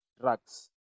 drugs